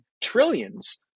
trillions